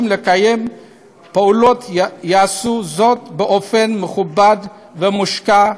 לקיים פעולות יעשו זאת באופן מכובד ומושקע,